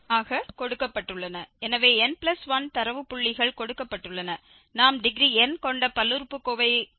எனவே n1 தரவு புள்ளிகள் கொடுக்கப்பட்டுள்ளன நாம் டிகிரி n கொண்ட பல்லுறுப்புக்கோவையை உருவாக்கலாம்